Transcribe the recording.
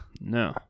No